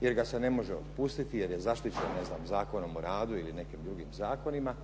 jer ga se ne može otpustiti jer je zaštićen Zakonom o radu ili nekim drugim zakonima.